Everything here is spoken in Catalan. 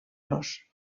los